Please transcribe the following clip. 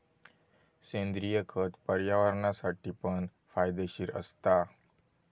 सेंद्रिय खत पर्यावरणासाठी पण फायदेशीर असता